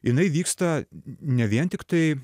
jinai vyksta ne vien tiktai